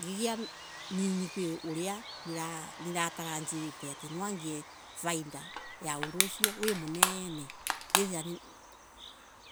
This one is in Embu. Ngigia nini kwi uria nilatarajiite ati nwangie faida ya undo ucio we mnene ugithira